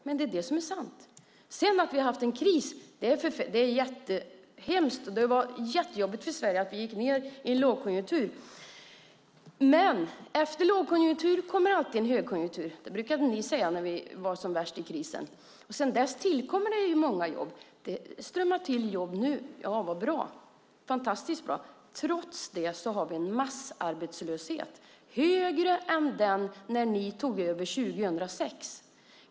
Men det är det som är sant. Att vi har haft en kris är hemskt, och det var väldigt jobbigt för Sverige att vi gick ned i en lågkonjunktur. Men efter lågkonjunktur kommer alltid högkonjunktur - det brukade ni säga när vi var som värst i krisen. Sedan dess har det tillkommit många jobb. Det strömmar till jobb nu - fantastisk bra! Men trots det har vi en massarbetslöshet som är högre än den som fanns när ni tog över 2006.